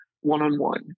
one-on-one